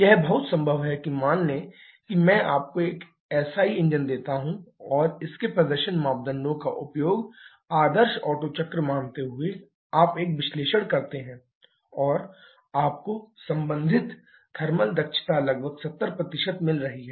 यह बहुत संभव है की मान लें कि मैं आपको एसआई इंजन देता हूं और इसके प्रदर्शन मापदंडों का उपयोग आदर्श ओटो चक्र मानते हुए आप एक विश्लेषण करते हैं और आपको संबंधित थर्मल दक्षता लगभग 70 मिल रही है